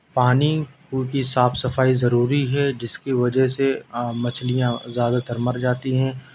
پانی پاکی صاف صفائی ضروری ہے جس کی وجہ سے مچھلیاں زیادہ تر مر جاتی ہیں